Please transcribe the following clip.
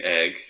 egg